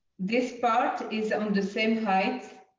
this part is on the same height